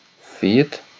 feet